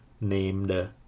named